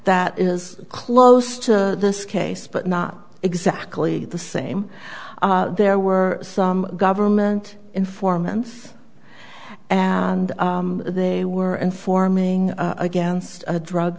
that is close to this case but not exactly the same there were some government informants and they were informing against a drug